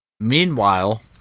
Meanwhile